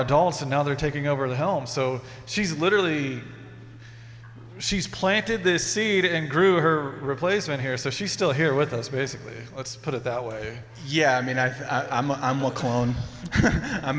adults and now they're taking over the helm so she's literally she's planted this seed and grew her replacement here so she's still here with us basically let's put it that way yeah i mean i think i'm a